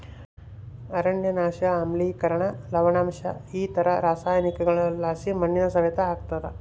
ಅರಣ್ಯನಾಶ ಆಮ್ಲಿಕರಣ ಲವಣಾಂಶ ಇತರ ರಾಸಾಯನಿಕಗುಳುಲಾಸಿ ಮಣ್ಣಿನ ಸವೆತ ಆಗ್ತಾದ